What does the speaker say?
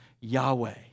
Yahweh